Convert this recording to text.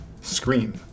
Scream